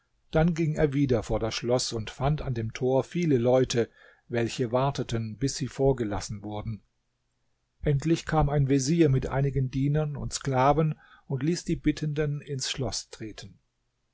dann ging er wieder vor das schloß und fand an dem tor viele leute welche warteten bis sie vorgelassen wurden endlich kam ein vezier mit einigen dienern und sklaven und ließ die bittenden ins schloß treten